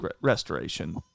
restoration